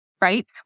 right